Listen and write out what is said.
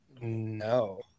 No